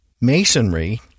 Masonry